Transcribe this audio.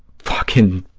fucking